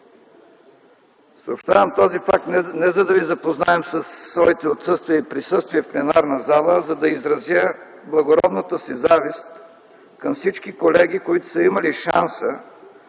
Съобщавам този факт не да Ви запозная със своето присъствие и отсъствие в пленарната зала, а да изразя благородната си завист към всички колеги, които са имали шанса